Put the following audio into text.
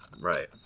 Right